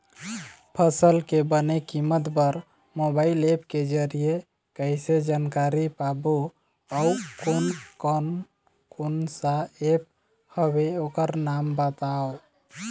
फसल के बने कीमत बर मोबाइल ऐप के जरिए कैसे जानकारी पाबो अउ कोन कौन कोन सा ऐप हवे ओकर नाम बताव?